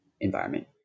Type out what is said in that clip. environment